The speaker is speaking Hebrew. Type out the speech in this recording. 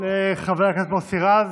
לחבר הכנסת מוסי רז.